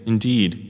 Indeed